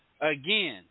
Again